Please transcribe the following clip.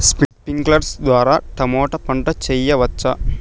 స్ప్రింక్లర్లు ద్వారా టమోటా పంట చేయవచ్చా?